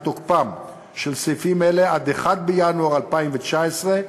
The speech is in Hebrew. תוקפם של סעיפים אלה עד 1 בינואר 2019,